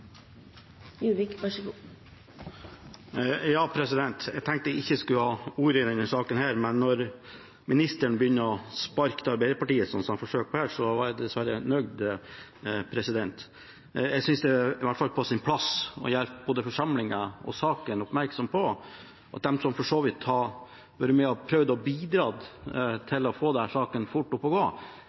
Jeg tenkte at jeg ikke skulle ta ordet i denne saken, men når ministeren begynner å sparke til Arbeiderpartiet, slik han forsøker her, er jeg dessverre nødt. Jeg synes det i hvert fall er på sin plass å gjøre både forsamlingen og saken oppmerksom på at de som har vært med og prøvd å bidra til å få denne saken fort opp å gå,